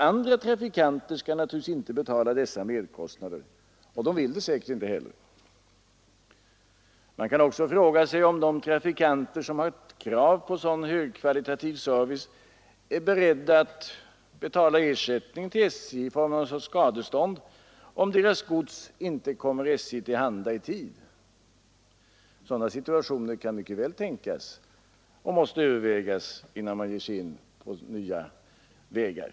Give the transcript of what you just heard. Andra trafikanter skall naturligtvis inte stå för dessa merkostnader, och de vill det säkert inte heller. Man kan också fråga sig om de trafikanter som har krav på sådan högkvalitativ service är beredda att betala ersättning till SJ i form av någon sorts skadestånd, om deras gods inte kommer SJ till handa i tid. Sådana situationer kan mycket väl tänkas, och de måste beaktas innan man ger sig in på nya vägar.